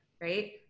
right